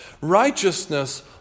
Righteousness